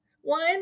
one